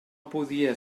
podia